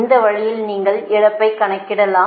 இந்த வழியில் நீங்கள் இழப்பைக் கணக்கிடலாம்